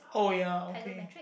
oh ya okay